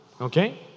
okay